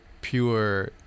Pure